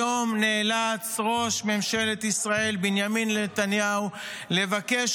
היום נאלץ ראש ממשלת ישראל בנימין נתניהו לבקש